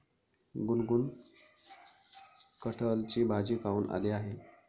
गुनगुन कठहलची भाजी खाऊन आली आहे